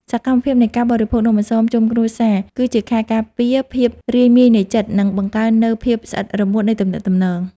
សកម្មភាពនៃការបរិភោគនំអន្សមជុំគ្រួសារគឺជាខែលការពារភាពរាយមាយនៃចិត្ត និង បង្កើននូវភាពស្អិតរមួតនៃទំនាក់ទំនង។